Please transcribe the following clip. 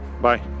Bye